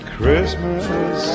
Christmas